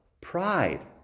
Pride